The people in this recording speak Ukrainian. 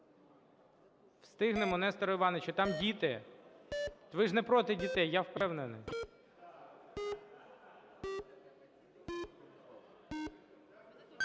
Встигнемо, Несторе Івановичу. Там діти, ви ж не проти дітей, я впевнений.